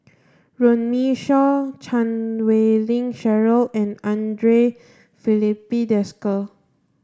Runme Shaw Chan Wei Ling Cheryl and Andre Filipe Desker